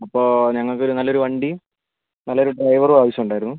അപ്പോൾ ഞങ്ങൾക്കൊരു നല്ലൊരു വണ്ടിയും നല്ലൊരു ഡ്രൈവറും ആവശ്യം ഉണ്ടായിരുന്നു